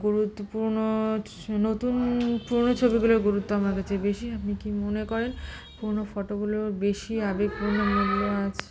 গুরুত্বপূর্ণ নতুন পুরোনো ছবিগুলোর গুরুত্ব আমার কাছে বেশি আপনি কী মনে করেন পুরোনো ফটোগুলো বেশি আবেগপূর্ণ হয়ে আছে